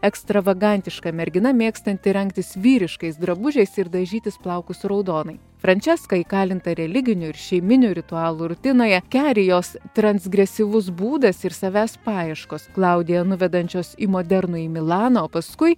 ekstravagantiška mergina mėgstanti rengtis vyriškais drabužiais ir dažytis plaukus raudonai franceska įkalinta religinių ir šeiminių ritualų rutinoje keri jos transgresyvus būdas ir savęs paieškos klaudiją nuvedančios į modernųjį milaną o paskui